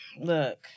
look